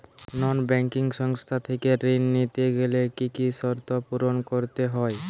নন banking সংস্থা থেকে ঋণ নিতে গেলে কি কি শর্ত পূরণ করতে হয়?